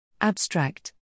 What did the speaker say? Abstract